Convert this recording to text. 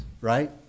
right